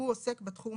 הוא עוסק בתחום